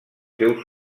seu